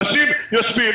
אנשים יושבים,